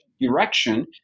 direction